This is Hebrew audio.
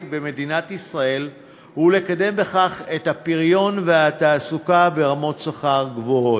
במדינת ישראל ולקדם בכך את הפריון והתעסוקה ברמות שכר גבוהות.